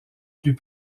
plus